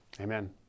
Amen